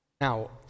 now